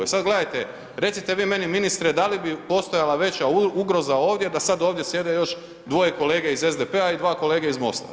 E sad gledajte, recite vi meni ministre da li bi postojala veća ugroza ovdje, da sad ovdje sjede još dvoje kolege iz SDP-a i dva kolege iz Most-a?